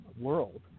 world